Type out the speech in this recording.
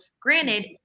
Granted